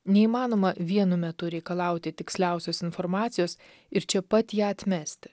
neįmanoma vienu metu reikalauti tiksliausios informacijos ir čia pat ją atmesti